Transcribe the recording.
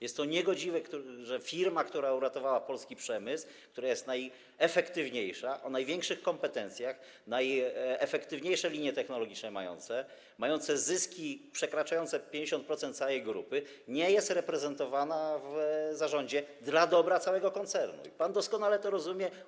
Jest to niegodziwe, że firma, która uratowała polski przemysł, która jest najefektywniejsza, o największych kompetencjach, mająca najefektywniejsze linie technologiczne, mająca zyski przekraczające 50% zysków całej grupy, nie jest reprezentowana w zarządzie dla dobra całego koncernu, i pan doskonale to rozumie.